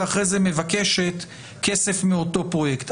ואחרי זה מבקשת כסף מאותו פרויקט.